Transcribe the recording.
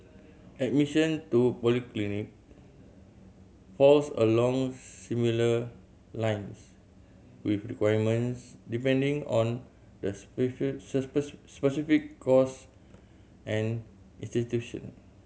admission to polytechnic falls along similar lines with requirements depending on the specific course and institution